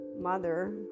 mother